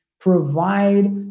provide